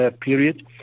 period